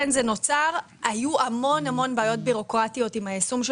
היו המון בעיות בירוקרטיות עם היישום של